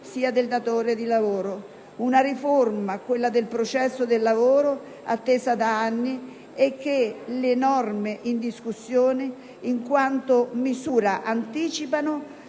sia del datore di lavoro. Una riforma, quella del processo del lavoro, attesa da anni e che le norme in discussione in qualche misura anticipano